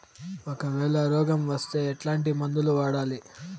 ఒకవేల రోగం వస్తే ఎట్లాంటి మందులు వాడాలి?